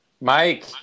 mike